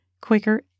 quicker